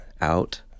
out